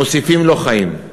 מוסיפים לו חיים,